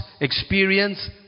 experience